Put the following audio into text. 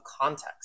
context